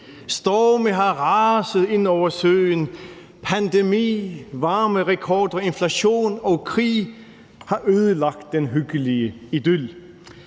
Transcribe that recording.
Storme har raset ind over søen, og pandemi, varmerekord, inflation og krig har ødelagt den hyggelige idyl.